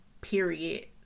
period